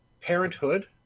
Parenthood